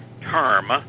term